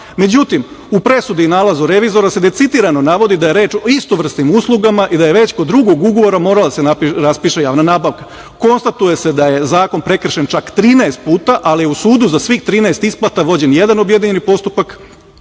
Međutim, u presudi i nalazu revizora se decidirano navodi da je reč o istoj vrsti usluga i da je već kod drugog ugovora morala da se raspiše javna nabavka. Konstatuje se da je zakon prekršen čak 13 puta, ali u sudu za svih 13 isplata vođen jedan objedinjeni postupak,